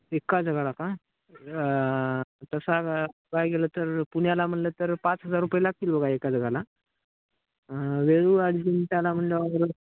एका जगाला का तसा गेलं तर पुण्याला म्हटलं तर पाच हजार रुपये लागतील बघा एका जगाला वेरूळ अजिंठाला म्हणल्यावर